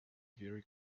very